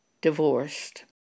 divorced